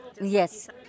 Yes